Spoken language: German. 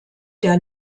der